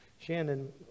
Shannon